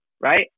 right